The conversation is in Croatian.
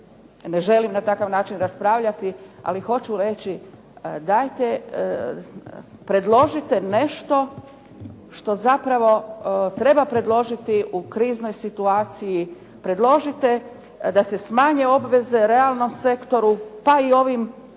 Ne želim na takav način raspravljati, ali hoću reći dajte predložite nešto što zapravo treba predložiti u kriznoj situaciji, predložite da se smanje obveze realnom sektoru, pa i ovim